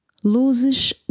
Luzes